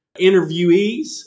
interviewees